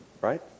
right